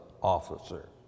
officer